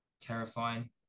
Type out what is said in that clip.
terrifying